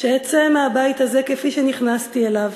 שאצא מהבית הזה כפי שנכנסתי אליו,